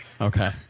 okay